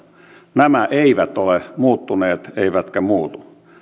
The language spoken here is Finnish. nämä eivät ole muuttuneet eivätkä muutu